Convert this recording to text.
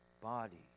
body